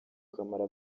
kamaro